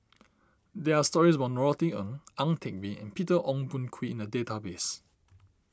there are stories about Norothy Ng Ang Teck Bee and Peter Ong Boon Kwee in the database